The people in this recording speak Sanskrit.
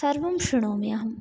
सर्वं शृणोमि अहम्